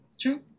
True